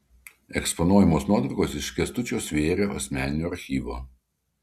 eksponuojamos nuotraukos iš kęstučio svėrio asmeninio archyvo